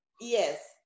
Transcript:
Yes